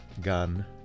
gun